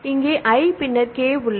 இங்கே I' பின்னர் 'K உள்ளது